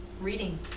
Reading